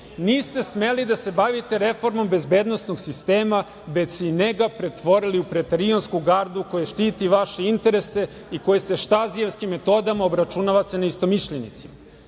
Niste smeli da se bavite reformom bezbednosnog sistema, već ste i njega pretvorili u pretorijansku gardu koja štiti vaše interese i koja se štazijevskim metodama obračunava sa neistomišljenicima.